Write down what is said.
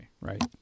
right